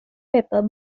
pepper